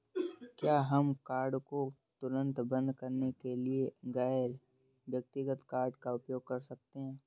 क्या हम कार्ड को तुरंत बंद करने के बाद गैर व्यक्तिगत कार्ड का उपयोग कर सकते हैं?